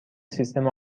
سیستم